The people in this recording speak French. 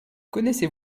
connaissez